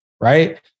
Right